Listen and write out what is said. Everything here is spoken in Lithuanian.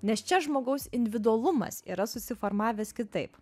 nes čia žmogaus individualumas yra susiformavęs kitaip